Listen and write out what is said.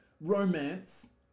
romance